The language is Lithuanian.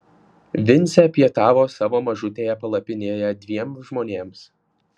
vincė pietavo savo mažutėje palapinėje dviem žmonėms